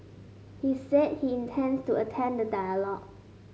he said he intends to attend the dialogue